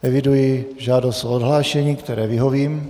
Eviduji žádost o odhlášení, které vyhovím.